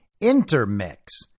Intermix